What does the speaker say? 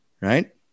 Right